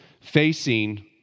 facing